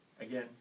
again